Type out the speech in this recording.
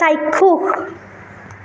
চাক্ষুষ